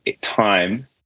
time